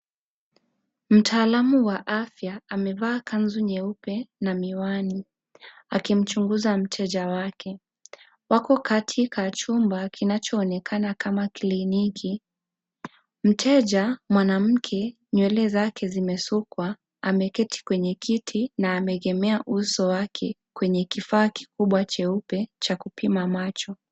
Mtaalamu wa afya amevaa kanzu nyeupe na miwani akimchunguza mteja wake. Wako katika chumba kinachoonekana kama kliniki. Mteja mwanamke nywele zake zimesukwa ameketi kwenye kiti na ameegemea uso wake kwenye kifaa kikubwa cheupe cha kupima macho.